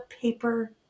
paper